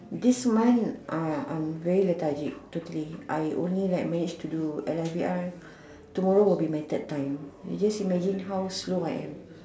this month uh I'm very lethargic totally I only managed to do tomorrow will be my third time you just imagine how slow I am